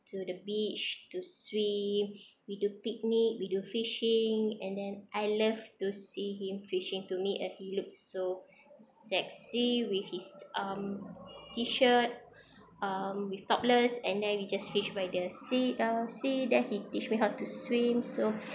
to the beach to swim we do picnic we do fishing and then I love to see him fishing to me and he look so sexy with his um tee shirt um with topless and then we just fish by the sea lah sea then he teach me how to swim so